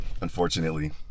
unfortunately